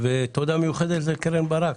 ותודה מיוחדת לקרן ברק.